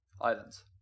Islands